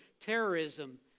terrorism